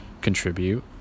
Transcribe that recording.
contribute